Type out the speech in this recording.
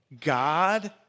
God